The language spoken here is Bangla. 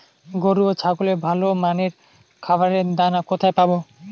গরু ও ছাগলের ভালো মানের খাবারের দানা কোথায় পাবো?